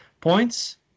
points